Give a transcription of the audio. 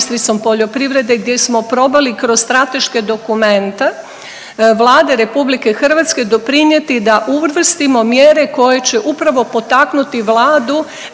poljoprivrede gdje smo probali kroz strateške dokumente Vlade RH doprinjeti da uvrstimo mjere koje će upravo potaknuti Vladu